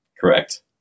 Correct